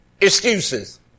excuses